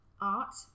Art